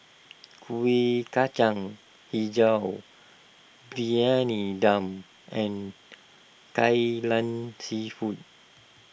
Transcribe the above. Kuih Kacang HiJau Briyani Dum and Kai Lan Seafood